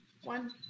one